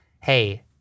hey